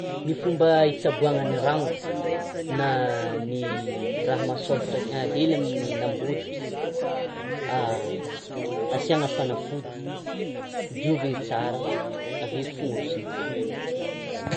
Ny fomba hitsaboana ny rangotra, na ny raha mahasôlatra hely amin'ny hoditry, asiana fanafody diovina tsara, avy eo fonôsigny.